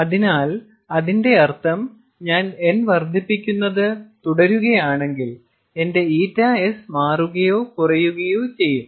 അതിനാൽ അതിന്റെ അർത്ഥം ഞാൻ n വർദ്ധിപ്പിക്കുന്നത് തുടരുകയാണെങ്കിൽ എന്റെ ƞs മാറുകയോ കുറയുകയോ ചെയ്യും